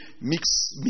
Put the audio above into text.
mix